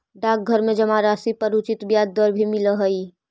डाकघर में जमा राशि पर उचित ब्याज दर भी मिलऽ हइ